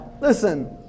listen